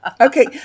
okay